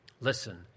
Listen